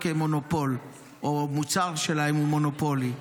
כמונופול או שמוצר שלהן הוא מונופולי.